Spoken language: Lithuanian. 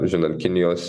žinant kinijos